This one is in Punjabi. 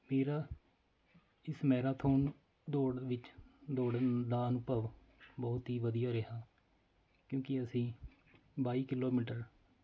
ਫਿਰ ਇਸ ਮੈਰਾਥੋਨ ਦੌੜ ਵਿੱਚ ਦੌੜਨ ਦਾ ਅਨੁਭਵ ਬਹੁਤ ਹੀ ਵਧੀਆ ਰਿਹਾ ਕਿਉਂਕਿ ਅਸੀਂ ਬਾਈ ਕਿਲੋਮੀਟਰ